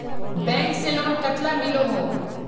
Bank से loan कतला मिलोहो?